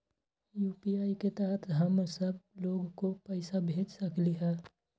UPI के तहद हम सब लोग को पैसा भेज सकली ह?